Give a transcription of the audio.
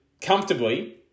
comfortably